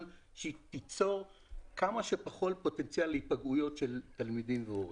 שהיא תיצור כמה שפחות פוטנציאל היפגעויות של תלמידים והורים.